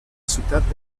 ciutat